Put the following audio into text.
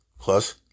plus